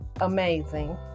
amazing